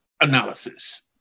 analysis